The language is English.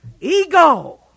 Ego